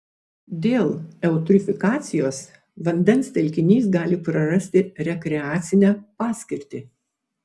dėl eutrofikacijos vandens telkinys gali prarasti rekreacinę paskirtį